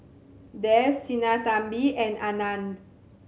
Dev Sinnathamby and Anand